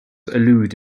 allude